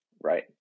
Right